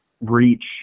reach